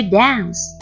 dance